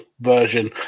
version